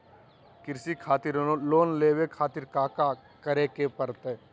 कृषि खातिर लोन लेवे खातिर काका करे की परतई?